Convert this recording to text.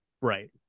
right